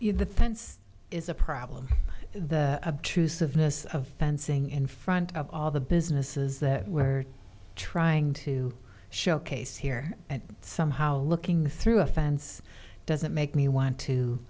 place the fence is a problem the obtrusive miss of fencing in front of all the businesses that were trying to showcase here and somehow looking through a fence doesn't make me want to